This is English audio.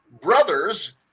brothers